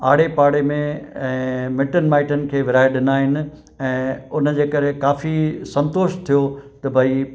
आड़े पाड़े में ऐं मिटनि माइटनि खे विरिहाए ॾिना आहिनि ऐं उन जे करे काफ़ी संतोष थियो त भई